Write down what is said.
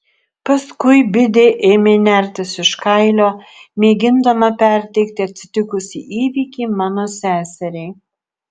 paskui bidė ėmė nertis iš kailio mėgindama perteikti atsitikusį įvykį mano seseriai